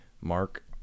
Mark